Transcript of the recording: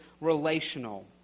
relational